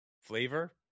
flavor